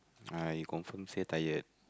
ah you confirm say tired